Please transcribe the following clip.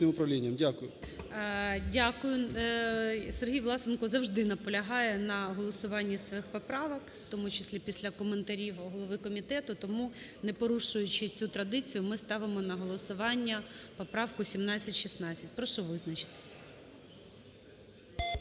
Дякую. Сергій Власенко завжди наполягає на голосуванні своїх поправок, в тому числі після коментарів голови комітету. Тому, не порушуючи цю традицію, ми ставимо на голосування поправку 1716, прошу визначитися.